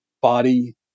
body